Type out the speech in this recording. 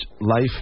life